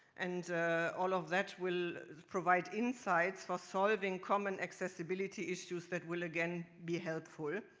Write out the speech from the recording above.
and all of that will provide insight for solving common accessibility issues that will again, be helpful.